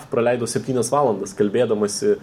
praleido septynias valandas kalbėdamasi